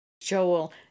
Joel